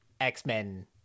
X-Men